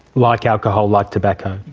like alcohol, like tobacco?